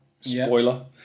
Spoiler